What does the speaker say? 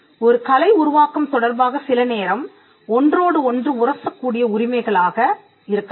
ஒரு கலை உருவாக்கம் தொடர்பாக சில நேரம் ஒன்றோடு ஒன்று உரசக் கூடிய உரிமைகளாக இருக்கலாம்